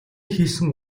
хийсэн